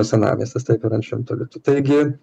senamiestis taip ir ant šimto litų taigi